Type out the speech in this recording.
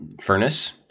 furnace